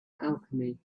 alchemy